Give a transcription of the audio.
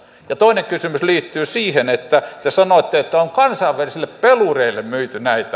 ja toinen kysymys liittyy siihen että te sanoitte että on kansainvälisille pelureille myyty näitä